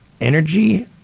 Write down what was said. Energy